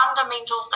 fundamental